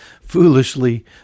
foolishly